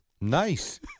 Nice